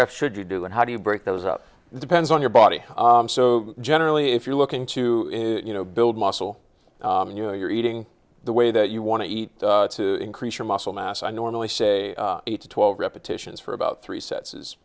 should you do and how do you break those up depends on your body so generally if you're looking to you know build muscle and you know you're eating the way that you want to eat to increase your muscle mass i normally say eight to twelve repetitions for about three sets is